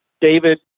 David